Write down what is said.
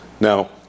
Now